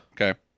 Okay